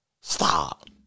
Stop